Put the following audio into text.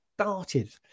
started